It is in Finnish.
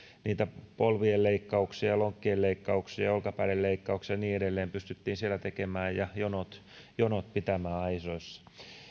niitä polvien leikkauksia lonkkien leikkauksia olkapäiden leikkauksia ja niin edelleen pystyttiin siellä tekemään ja jonot jonot pitämään aisoissa